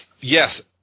yes